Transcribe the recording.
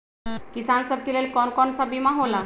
किसान सब के लेल कौन कौन सा बीमा होला?